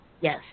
Yes